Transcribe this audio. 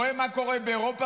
רואה מה קורה באירופה,